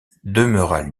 demeura